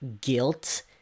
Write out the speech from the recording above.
guilt